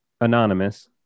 Anonymous